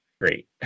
great